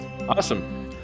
Awesome